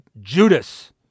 Judas